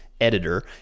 editor